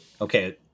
Okay